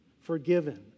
forgiven